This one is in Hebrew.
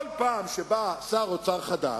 כל פעם שבא שר אוצר חדש,